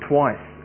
twice